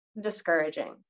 discouraging